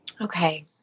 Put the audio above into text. Okay